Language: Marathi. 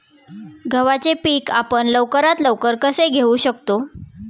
गव्हाचे पीक आपण लवकरात लवकर कसे घेऊ शकतो?